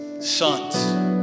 sons